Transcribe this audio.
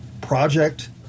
project